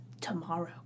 tomorrow